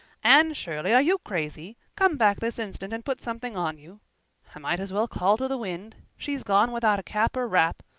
anne shirley are you crazy? come back this instant and put something on you. i might as well call to the wind. she's gone without a cap or wrap.